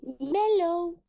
mellow